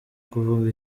kuvuga